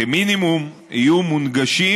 כמינימום, יהיו מונגשים